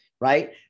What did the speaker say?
Right